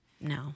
No